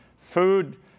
food